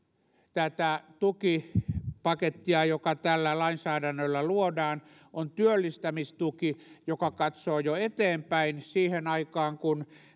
tätä tukipakettia joka tällä lainsäädännöllä luodaan on työllistämistuki joka katsoo jo eteenpäin siihen aikaan kun